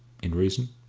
in reason!